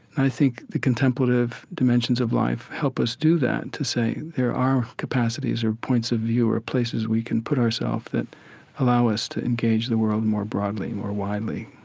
i think the contemplative dimensions of life help us do that, to say there are capacities or points of view or places we can put ourselves that allow us to engage the world more broadly, more widely,